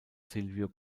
silvio